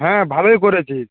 হ্যাঁ ভালোই করেছিস